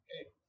okay